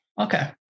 Okay